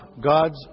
God's